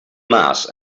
mass